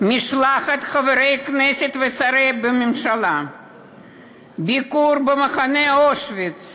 משלחת חברי כנסת ושרי ממשלה ביקרו במחנה אושוויץ.